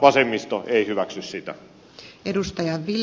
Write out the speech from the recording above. vasemmisto ei hyväksy sitä